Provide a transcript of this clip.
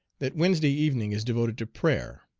that wednesday evening is devoted to prayer,